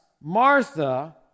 Martha